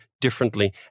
differently